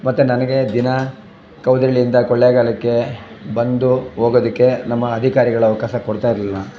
ಮತ್ತೆ ನನಗೆ ದಿನ ಕೌದಳ್ಳಿಯಿಂದ ಕೊಳ್ಳೇಗಾಲಕ್ಕೆ ಬಂದು ಹೋಗೋದಿಕ್ಕೆ ನಮ್ಮ ಅಧಿಕಾರಿಗಳು ಅವಕಾಶ ಕೊಡ್ತಾಯಿರ್ಲಿಲ್ಲ